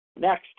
Next